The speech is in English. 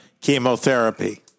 chemotherapy